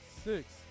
Six